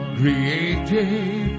created